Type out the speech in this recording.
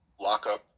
lockup